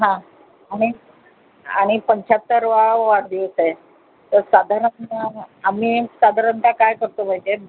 हां आणि आणि पंच्याहत्तरवा वाढदिवस आहे तर साधारण आम्ही साधारणत काय करतो माहीत आहे